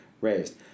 raised